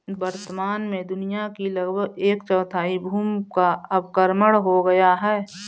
वर्तमान में दुनिया की लगभग एक चौथाई भूमि का अवक्रमण हो गया है